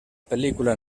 pel·lícula